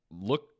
look